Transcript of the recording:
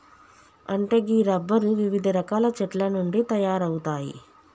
అంటే గీ రబ్బరు వివిధ రకాల చెట్ల నుండి తయారవుతాయి